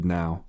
now